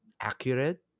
accurate